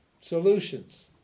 solutions